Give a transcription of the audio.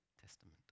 Testament